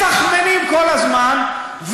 מתכמנים כל הזמן,